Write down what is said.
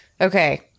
Okay